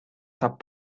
saab